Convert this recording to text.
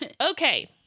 Okay